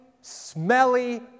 smelly